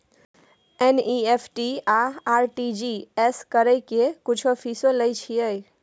NEFT आ RTGS करै के कुछो फीसो लय छियै?